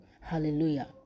hallelujah